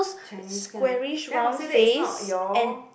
Chinese kind leh then I would say that it's not your